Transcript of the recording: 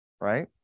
Right